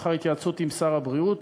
לאחר התייעצות עם שר הבריאות,